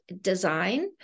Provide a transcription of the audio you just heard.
design